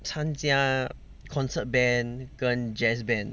参加 concert band 跟 jazz band